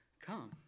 come